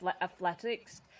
athletics